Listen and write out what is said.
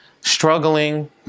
struggling